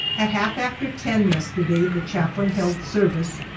at half after ten yesterday the chaplain held service,